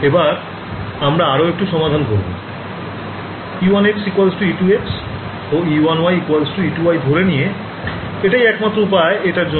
এবার আমরা আরও একটু সমাধান করবো e1x e2x ও e1y e2y ধরে নিয়ে এটাই একমাত্র উপায় এটার জন্য